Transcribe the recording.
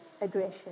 aggression